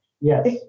Yes